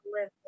live